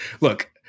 Look